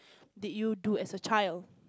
did you do as a child